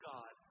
God